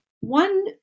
One